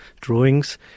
drawings